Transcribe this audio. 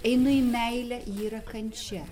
einu į meilę ji yra kančia